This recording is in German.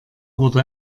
wurde